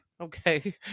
Okay